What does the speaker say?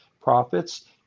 profits